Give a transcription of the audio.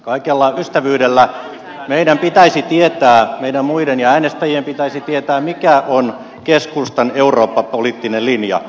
kaikella ystävyydellä meidän pitäisi tietää meidän muiden ja äänestäjien pitäisi tietää mikä on keskustan eurooppa poliittinen linja